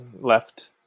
left